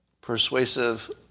persuasive